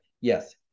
Yes